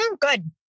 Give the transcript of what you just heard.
Good